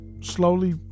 slowly